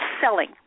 selling